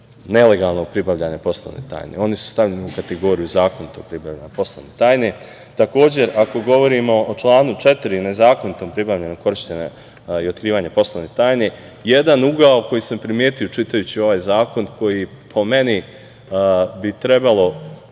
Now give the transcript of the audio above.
nelegalnog pribavljanja poslovne tajne. Oni su stavljeni u kategoriju zakonitog pribavljanja poslovne tajne. Takođe, ako govorimo o članu 4. nezakonitom pribavljanju i otkrivanju poslovne tajne jedan ugao koji sam primetio čitajući ovaj zakon koji po meni bi trebalo